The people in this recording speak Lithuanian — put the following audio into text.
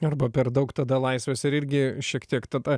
arba per daug tada laisvės ir irgi šiek tiek tada